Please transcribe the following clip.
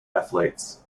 athletes